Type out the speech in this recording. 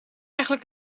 eigenlijk